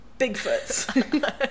Bigfoots